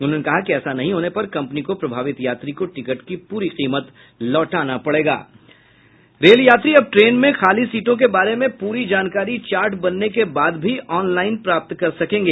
उन्होंने कहा कि ऐसा नहीं होने पर कम्पनी को प्रभावित यात्री को टिकट की पूरी कीमत लौटाना पड़ रेलयात्री अब ट्रेन में खाली सीटों के बारे में पूरी जानकारी चार्ट बनने के बाद भी ऑनलाइन प्राप्त कर सकेंगे